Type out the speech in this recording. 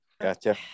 gotcha